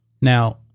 Now